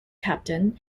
captain